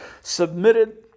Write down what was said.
submitted